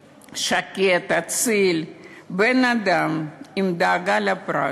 שקט, אציל, עם דאגה לפרט,